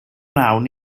wnawn